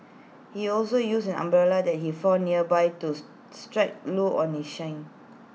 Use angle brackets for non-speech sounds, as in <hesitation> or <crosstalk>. he also used an umbrella that he found nearby to <hesitation> strike Loo on his shin